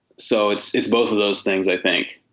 so it's it's both of those things, i think.